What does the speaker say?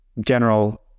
general